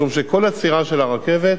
משום שכל עצירה של הרכבת,